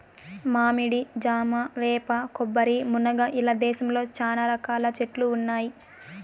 మామిడి, జామ, వేప, కొబ్బరి, మునగ ఇలా దేశంలో చానా రకాల చెట్లు ఉన్నాయి